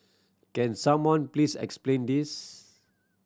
can someone please explain this